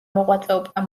მოღვაწეობდა